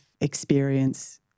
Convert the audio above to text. experience